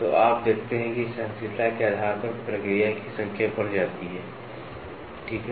तो आप देखते हैं कि सहनशीलता के आधार पर प्रक्रिया की संख्या बढ़ जाती है ठीक है